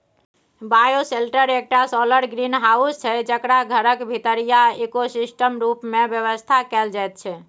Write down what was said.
bioshelter एकटा solar greenhouse छै जकरा घरक भीतरीया इकोसिस्टम रुप मे बेबस्था कएल जाइत छै